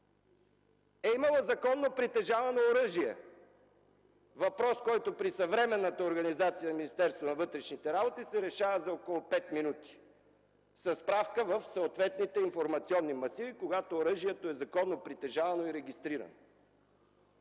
е имало законно притежавано оръжие? Това е въпрос, който при съвременната организация на работата в Министерството на вътрешните работи се решава за около пет минути със справка в съответните информационни масиви, когато оръжието е законно притежавано и регистрирано.